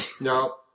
No